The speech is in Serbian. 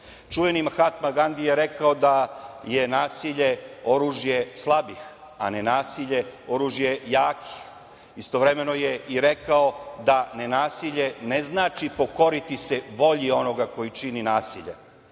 Čuveni Mahatma Gandi je rekao da je nasilje oružje slabih, a nenasilje oružje jakih, istovremeno je i rekao da nenasilje ne znači pokoriti se volji onoga koji čini nasilje,